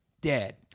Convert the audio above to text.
dead